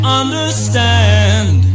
understand